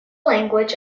language